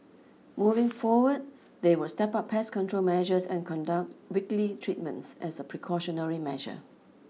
moving forward they will step up pest control measures and conduct weekly treatments as a precautionary measure